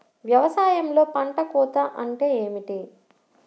వ్యవసాయంలో పంట కోత అంటే ఏమిటి?